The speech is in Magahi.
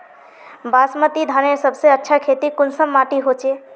बासमती धानेर सबसे अच्छा खेती कुंसम माटी होचए?